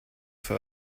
für